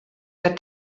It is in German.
der